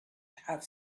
have